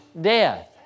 death